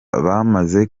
bamaze